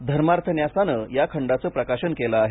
धर्मार्थ न्यासानं या खंडांचं प्रकाशन केलं आहे